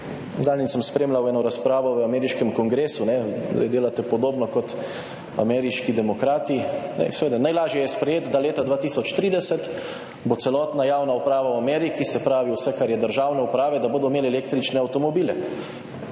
Zadnjič sem spremljal eno razpravo v ameriškem kongresu, zdaj delate podobno kot ameriški demokrati, seveda najlažje je sprejeti, da leta 2030 bo celotna javna uprava v Ameriki, se pravi vse kar je državne uprave, da bodo imeli električne avtomobile.